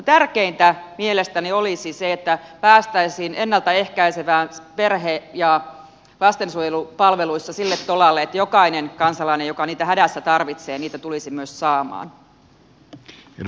tärkeintä mielestäni olisi se että päästäisiin ennalta ehkäisevissä perhe ja lastensuojelupalveluissa sille tolalle että jokainen kansalainen joka niitä hädässä tarvitsee niitä tulisi myös saamaan